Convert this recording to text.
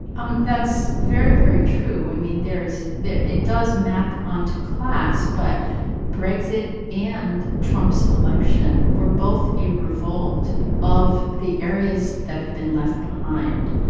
um that's very, very true. i mean, there is it does map onto class. but brexit and trump's election were both a revolt of the areas that have been left behind.